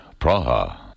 Praha